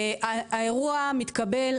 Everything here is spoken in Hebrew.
האירוע התקבל,